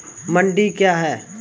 मंडी क्या हैं?